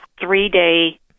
three-day